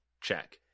Check